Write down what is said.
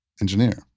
engineer